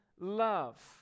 love